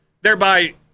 thereby